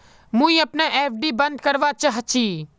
मुई अपना एफ.डी बंद करवा चहची